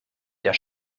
der